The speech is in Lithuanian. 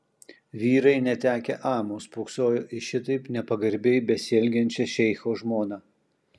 vyrai netekę amo spoksojo į šitaip nepagarbiai besielgiančią šeicho žmoną